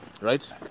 right